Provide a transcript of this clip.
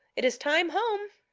it is time home.